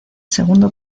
segundo